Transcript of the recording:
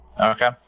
Okay